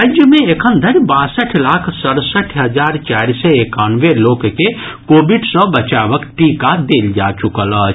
राज्य मे एखन धरि बासठि लाख सड़सठि हजार चारि सय एकानवे लोक के कोविड सँ बचावक टीका देल जा चुकल अछि